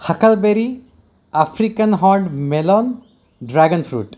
huckleberry African horned melon dragon fruit